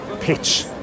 pitch